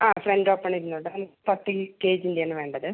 ആ front open ഇരുന്നോട്ടെ thirty കെജിൻ്റെ ആണ് വേണ്ടത്